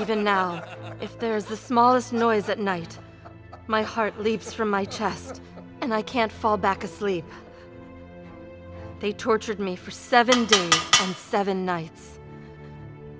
even now if there is the smallest noise that night my heart leaps from my chest and i can't fall back asleep they tortured me for seven to seven nights